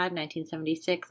1976